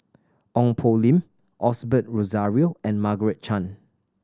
Ong Poh Lim Osbert Rozario and Margaret Chan